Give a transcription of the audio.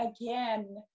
again